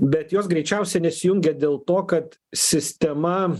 bet jos greičiausiai nesijungia dėl to kad sistema